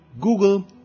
Google